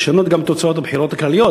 לשנות גם את תוצאות הבחירות הכלליות,